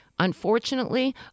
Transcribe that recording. Unfortunately